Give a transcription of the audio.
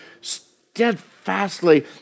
steadfastly